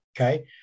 Okay